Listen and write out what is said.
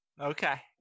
Okay